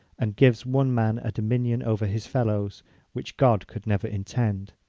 and gives one man a dominion over his fellows which god could never intend!